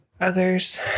others